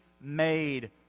made